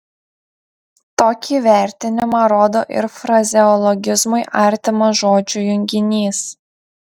tokį vertinimą rodo ir frazeologizmui artimas žodžių junginys